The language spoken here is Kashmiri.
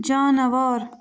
جاناوار